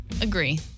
Agree